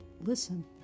listen